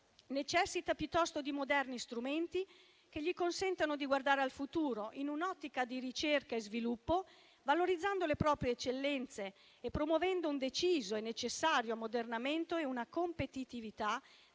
necessita piuttosto di moderni strumenti che gli consentano di guardare al futuro in un'ottica di ricerca e sviluppo, valorizzando le proprie eccellenze e promuovendo un deciso e necessario ammodernamento e una competitività